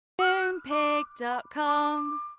Moonpig.com